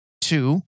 Two